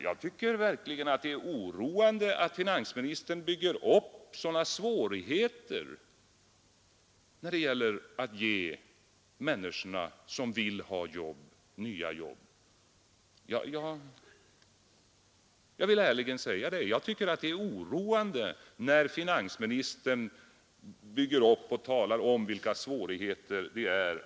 Jag vill ärligen säga att det är oroande att finansministern bygger upp sådana svårigheter när det gäller att ordna nya jobb åt människor som vill arbeta.